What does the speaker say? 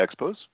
Expos